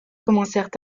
commencèrent